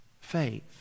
faith